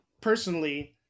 personally